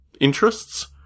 interests